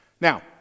Now